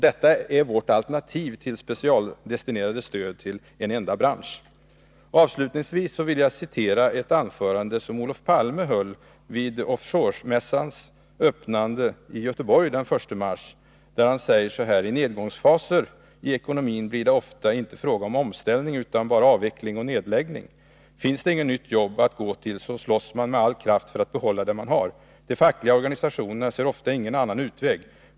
Detta är vårt alternativ till specialdestinerade stöd till en enda bransch. Avslutningsvis vill jag citera ur ett anförande som Olof Palme höll vid off-shore-mässans öppnande i Göteborg den 1 mars, där han säger: ”I nedgångsfaser i ekonomin blir det ofta inte fråga om omställning utan bara avveckling och nedläggning. Finns det inget nytt jobb att gå till så slåss man med all kraft för att behålla det man har. De fackliga organisationerna ser ofta ingen annan utväg.